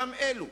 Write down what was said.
אותם אלו